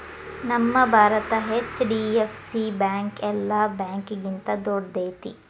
ನಮ್ಮ ಭಾರತದ HDFC bank ಯೆಲ್ಲಾ ಬ್ಯಾಂಕ್ಗಿಂತಾ ದೊಡ್ದೈತಿ